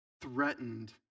threatened